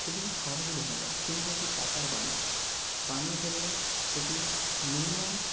খুবই সহজে ভেঙে যায় কিন্তু এটি পাকার বাড়ি বানিয়ে ফেললে সেটি মিনিমাম